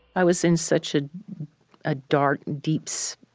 i was in such a ah dark, deep so